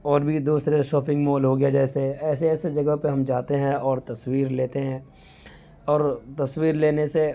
اور بھی دوسرے شاپنگ مال ہوگیا جیسے ایسے ایسے جگہ پہ ہم جاتے ہیں اور تصویر لیتے ہیں اور تصویر لینے سے